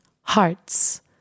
hearts